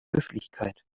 höflichkeit